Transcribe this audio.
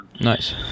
Nice